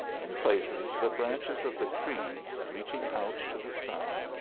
in places, the branches of the trees, reaching out to the sun,